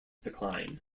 decline